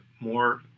more